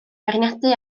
feirniadu